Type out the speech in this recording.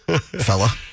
fella